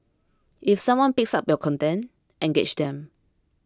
if someone picks up your content engage them